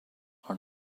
are